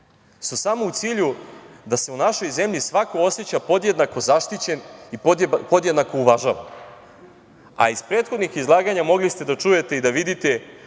su samo u cilju da se u našoj zemlji svako oseća podjednako zaštićen i podjednako uvažavan, a iz prethodnih izlaganja mogli ste da čujete i da vidite